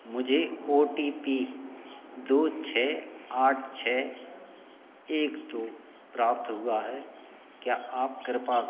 मुझे O T P दो छ आठ छ एक दो प्राप्त हुआ है क्या आप कृपा